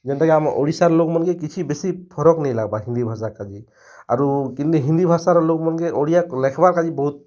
ଯେନ୍ତାକି ଆମ ଓଡ଼ିଶାର ଲୋକମାନକେ କିଛି ବେଶି ଫରକ ନାଇଁ ଲାଗବା ହିନ୍ଦୀ ଭାଷାକାଜି ଆରୁ କିନ୍ଦି ହିନ୍ଦୀ ଭାଷାର ଲୋକମାନକେ ଓଡ଼ିଆ ଲେଖବାର କାଜେ ବହୁତ